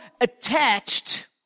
attached